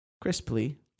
crisply